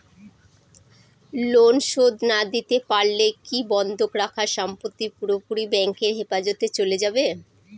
Loan শোধ না দিতে পারলে কি বন্ধক রাখা সম্পত্তি পুরোপুরি ব্যাংকের হেফাজতে চলে যাবে?